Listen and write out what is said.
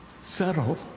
settle